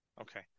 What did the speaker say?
Okay